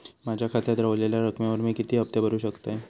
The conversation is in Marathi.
माझ्या खात्यात रव्हलेल्या रकमेवर मी किती हफ्ते भरू शकतय?